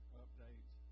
updates